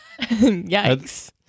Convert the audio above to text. yikes